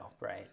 right